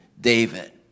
David